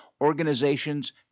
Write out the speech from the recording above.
Organizations